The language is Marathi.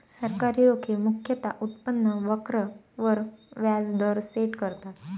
सरकारी रोखे मुख्यतः उत्पन्न वक्र वर व्याज दर सेट करतात